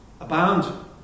abound